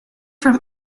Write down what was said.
from